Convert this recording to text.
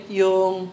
yung